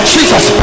Jesus